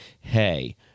hey